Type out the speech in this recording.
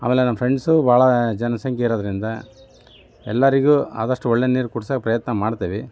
ಆಮೇಲೆ ನಮ್ಮ ಫ್ರೆಂಡ್ಸು ಭಾಳ ಜನಸಂಖ್ಯೆ ಇರೋದ್ರಿಂದ ಎಲ್ಲರಿಗೂ ಆದಷ್ಟು ಒಳ್ಳೆಯ ನೀರು ಕುಡ್ಸೋಕ್ಕೆ ಪ್ರಯತ್ನ ಮಾಡ್ತೀವಿ